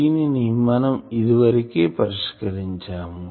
దీనిని మనం ఇదివరకే పరిష్కరించాము